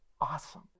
Awesome